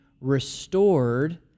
restored